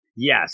Yes